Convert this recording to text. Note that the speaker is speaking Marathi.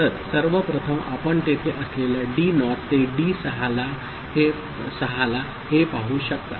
तर सर्वप्रथम आपण तेथे असलेल्या डी नॉट ते डी 6 ला हे पाहू शकता